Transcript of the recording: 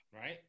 right